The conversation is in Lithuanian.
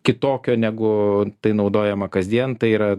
kitokio negu tai naudojama kasdien tai yra